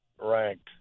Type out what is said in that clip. ranked